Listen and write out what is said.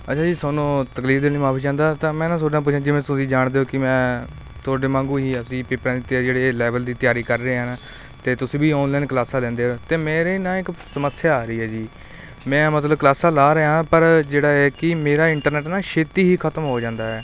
ਅੱਛਾ ਜੀ ਤੁਹਾਨੂੰ ਤਕਲੀਫ਼ ਦੇਣ ਲਈ ਮਾਫ਼ੀ ਚਾਹੁੰਦਾ ਤਾਂ ਮੈਂ ਨਾ ਤੁਹਾਡੇ ਨਾਲ ਪੁੱਛਣਾ ਜਿਵੇਂ ਤੁਸੀਂ ਜਾਣਦੇ ਹੋ ਕਿ ਮੈਂ ਤੁਹਾਡੇ ਵਾਂਗੂ ਹੀ ਅਸੀਂ ਜਿਹੜੇ ਲੈਵਲ ਦੀ ਤਿਆਰੀ ਕਰ ਰਿਹਾ ਨਾ ਅਤੇ ਤੁਸੀਂ ਵੀ ਆਨਲਾਈਨ ਕਲਾਸਾਂ ਲੈਂਦੇ ਹੋ ਅਤੇ ਮੇਰੇ ਨਾ ਇੱਕ ਸਮੱਸਿਆ ਆ ਰਹੀ ਹੈ ਜੀ ਮੈਂ ਮਤਲਬ ਕਲਾਸਾਂ ਲਾ ਰਿਹਾ ਪਰ ਜਿਹੜਾ ਇਹ ਕਿ ਮੇਰਾ ਇੰਟਰਨੈਟ ਨਾ ਛੇਤੀ ਹੀ ਖ਼ਤਮ ਹੋ ਜਾਂਦਾ ਹੈ